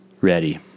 ready